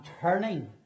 turning